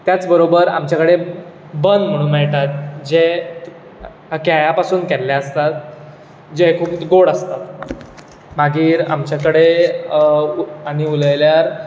तेच बरोबर आमचे कडेन बन म्हूण मेळटात जे केळ्या पसून केल्ले आसतात जे खूबच गोड आसतात मागीर आमचे कडेन आनी उलयल्यार